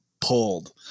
pulled